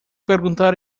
perguntar